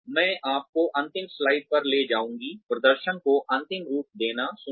अब मैं आपको अंतिम स्लाइड पर ले जाऊँगी प्रदर्शन को अंतिम रूप देना